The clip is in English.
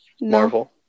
Marvel